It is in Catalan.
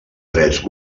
drets